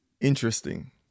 Interesting